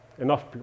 Enough